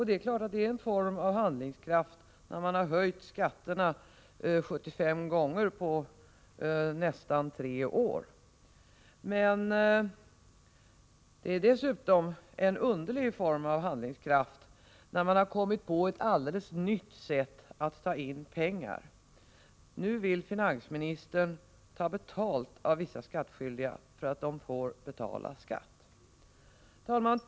Det är klart att det är en form av handlingskraft, när man har höjt skatterna 75 gånger på nästan tre år, men det är dessutom en underlig form av handlingskraft, när man har kommit på ett alldeles nytt sätt att ta in pengar. Nu vill finansministern ta betalt av vissa skattskyldiga för att de får betala skatt. Herr talman!